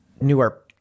newer